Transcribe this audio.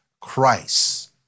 Christ